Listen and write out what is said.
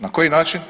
Na koji način?